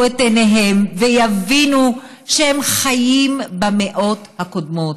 את עיניהם ויבינו שהם חיים במאות הקודמות?